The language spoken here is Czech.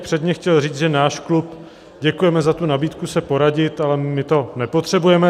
Předně bych chtěl říct, že náš klub děkujeme za tu nabídku se poradit, ale my to nepotřebujeme.